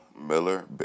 Miller